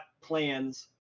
plans